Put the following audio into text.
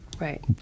Right